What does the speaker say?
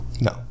No